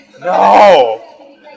No